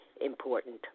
important